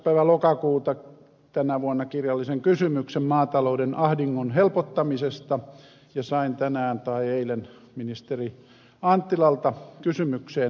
päivä lokakuuta tänä vuonna kirjallisen kysymyksen maatalouden ahdingon helpottamisesta ja sain eilen ministeri anttilalta kysymykseen vastauksen